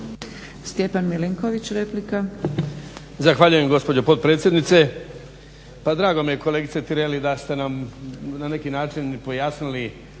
Stjepan Milinković, replika.